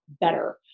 better